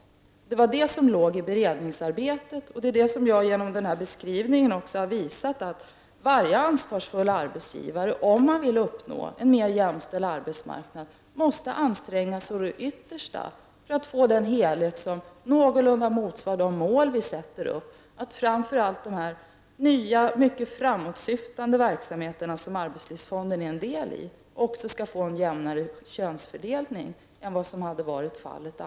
Det var det som låg i beredningsarbetet, och jag har genom den här beskrivningen visat att varje ansvarsfull arbetsgivare måste, om man vill uppnå en mer jämställd arbetsmarknad, anstränga sig å det yttersta för att få den helhet som någorlunda motsvarar de mål vi sätter upp -- att dessa nya mycket framåtsyftande verksamheter som arbetslivsfonden är en del av, också skall få en jämnare könsfördelning än vad som annars hade varit fallet.